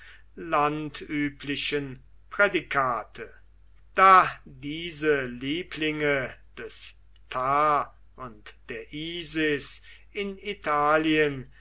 landüblichen prädikate da diese lieblinge des ptah und der isis in italien